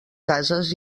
cases